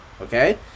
okay